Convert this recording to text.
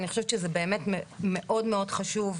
אני חושבת שזה באמת מאוד חשוב.